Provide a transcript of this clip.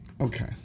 Okay